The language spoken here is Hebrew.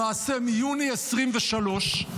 למעשה מיוני 2023,